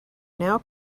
now